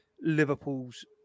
Liverpool's